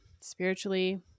spiritually